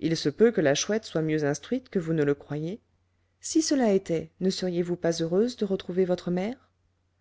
il se peut que la chouette soit mieux instruite que vous ne le croyez si cela était ne seriez-vous pas heureuse de retrouver votre mère